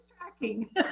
tracking